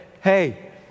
hey